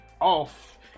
off